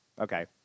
Okay